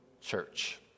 church